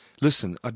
Listen